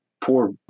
poor